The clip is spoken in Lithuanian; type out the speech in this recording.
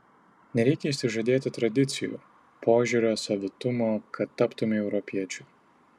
nereikia išsižadėti tradicijų požiūrio savitumo kad taptumei europiečiu